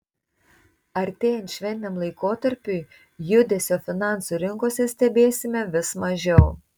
artėjant šventiniam laikotarpiui judesio finansų rinkose stebėsime vis mažiau